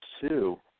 two